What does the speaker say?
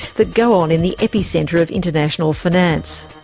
that go on in the epicentre of international finance.